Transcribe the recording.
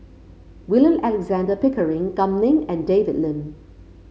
William Alexander Pickering Kam Ning and David Lim